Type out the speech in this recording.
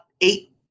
eight